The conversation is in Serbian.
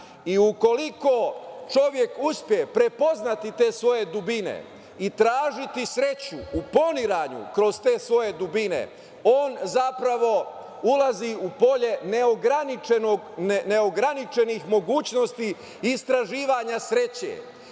i ukoliko čovek uspe prepoznati te svoje dubine i tražiti sreću u poniranju kroz te svoje dubine, on zapravo ulazi u polje neograničenih mogućnosti istraživanja sreće.